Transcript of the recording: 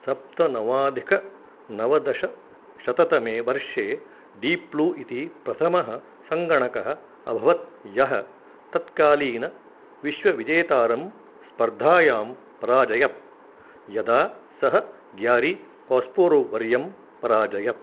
सप्तनवाधिकनवदशशततमे वर्षे deep blue इति प्रथमः सङ्गणकः अभवत् यः तत्कालीन विश्वविजेतारं स्पर्धायां पराजयत् यदा सः ग्यारी कोस्पोरो वर्यं पराजयत्